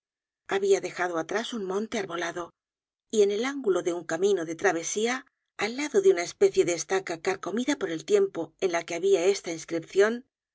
habia dejado atrás un monte arbolado y en el ángulo de un camino de travesía al lado de una especie de estaca carcomida por el tiempo en la que habia esta inscripcion